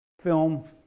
film